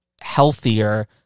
healthier